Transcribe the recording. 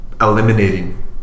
eliminating